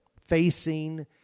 facing